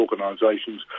organisations